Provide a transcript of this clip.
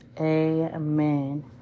Amen